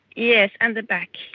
yes, and the back,